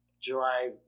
July